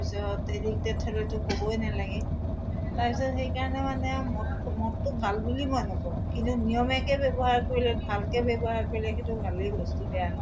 তাৰপিছত এডিকডেট হ'লেতো ক'বই নালাগে তাৰপিছত সেইকাৰণে মানে মদ মদটো ভাল বুলি মই নকওঁ কিন্তু নিয়মীয়াকৈ ব্যৱহাৰ কৰিলে ভালকৈ ব্যৱহাৰ কৰিলে সেইটো ভালেই বস্তু বেয়া নহয়